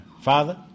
father